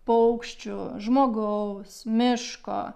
paukščių žmogaus miško